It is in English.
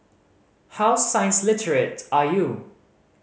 how science literate are you